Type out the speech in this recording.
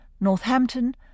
Northampton